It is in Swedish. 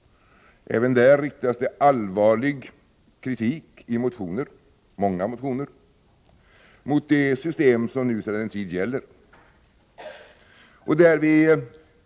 Även mot det riktas det allvarlig kritik i många motioner, i vilka man vänder sig mot det system som nu sedan en tid gäller.